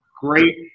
great